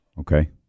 Okay